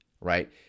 right